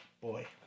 Boy